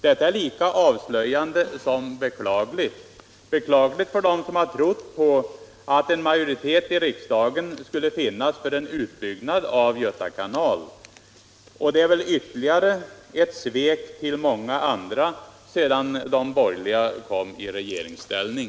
Detta är lika avslöjande som beklagligt — beklagligt för dem som har trott att det skulle finnas en majoritet i riksdagen för en utbyggnad av Göta kanal. Det är ännu ett svek till många andra sedan de borgerliga kom i regeringsställning.